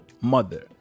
mother